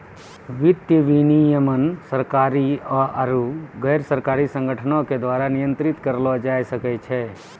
वित्तीय विनियमन सरकारी आकि गैरसरकारी संगठनो के द्वारा नियंत्रित करलो जाय सकै छै